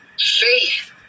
faith